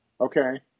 Okay